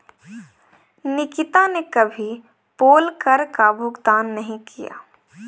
निकिता ने कभी पोल कर का भुगतान नहीं किया है